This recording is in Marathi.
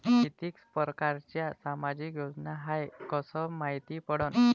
कितीक परकारच्या सामाजिक योजना हाय कस मायती पडन?